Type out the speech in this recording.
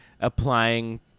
applying